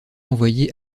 envoyé